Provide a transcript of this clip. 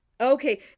okay